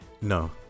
No